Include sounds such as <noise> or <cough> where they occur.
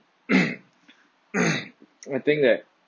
<noise> <noise> I think that